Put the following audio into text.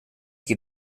qui